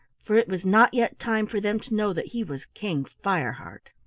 for it was not yet time for them to know that he was king fireheart.